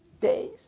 days